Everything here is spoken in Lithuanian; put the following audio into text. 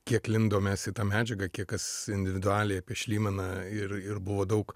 kiek lindom mes į tą medžiagą kiek kas individualiai apie šlymaną ir ir buvo daug